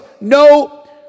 No